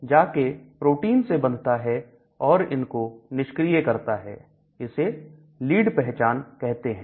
यह जा के प्रोटीन से बधता है और इनको निष्क्रिय करता है इसे लीड पहचान कहते हैं